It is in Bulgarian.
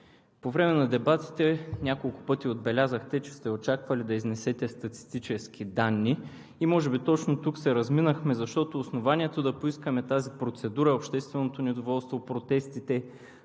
по време на дебатите няколко пъти отбелязахте, че сте очаквали да изнесете статистически данни и може би тук се разминахме, защото основанието да поискаме тази процедура е общественото недоволство, протестите,